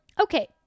okay